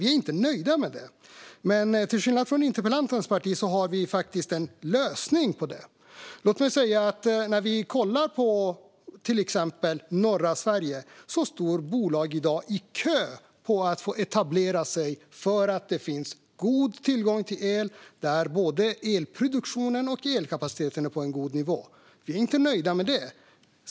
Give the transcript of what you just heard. Vi är inte nöjda med det, men till skillnad från interpellantens parti har vi faktiskt en lösning på det här. I till exempel norra Sverige står bolag i dag i kö för att få etablera sig därför att det finns god tillgång till el. Både elproduktionen och elkapaciteten är på en god nivå. Vi är inte nöjda med det.